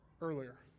earlier